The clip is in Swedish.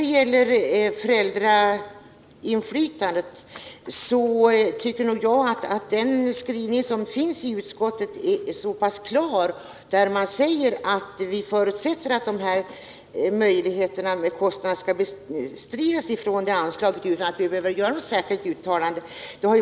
I fråga om föräldrainflytandet tycker jag att utskottets skrivning är tillräckligt klar, för där sägs ju att man förutsätter att kostnaderna för föräldrarnas deltagande skall bestridas från anslaget utan att riksdagen gör något särskilt uttalande om den saken.